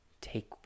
Take